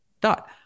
dot